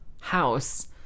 house